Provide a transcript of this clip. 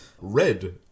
red